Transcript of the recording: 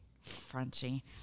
Frenchie